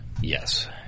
Yes